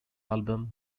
album